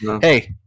hey